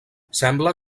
sembla